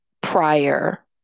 prior